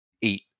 eat